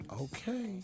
Okay